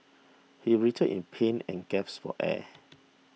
he writhed in pain and gasped for air